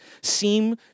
seem